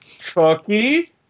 Chucky